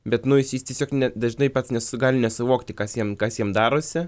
bet nu jis jis tiesiog ne dažnai pats nes gali nesuvokti kas jam kas jam darosi